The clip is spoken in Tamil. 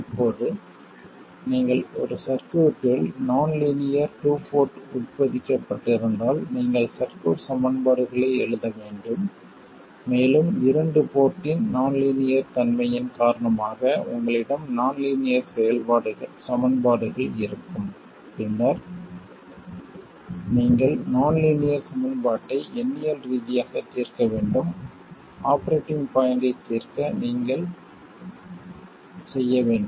இப்போது நீங்கள் ஒரு சர்க்யூட்டில் நான் லீனியர் டூ போர்ட் உட்பொதிக்கப்பட்டிருந்தால் நீங்கள் சர்க்யூட் சமன்பாடுகளை எழுத வேண்டும் மேலும் இரண்டு போர்ட்டின் நான் லீனியர் தன்மையின் காரணமாக உங்களிடம் நான் லீனியர் சமன்பாடுகள் இருக்கும் பின்னர் நீங்கள் நான் லீனியர் சமன்பாட்டை எண்ணியல் ரீதியாக தீர்க்க வேண்டும் ஆபரேட்டிங் பாய்ண்ட்டைத் தீர்க்க நீங்கள் செய்ய வேண்டும்